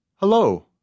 Hello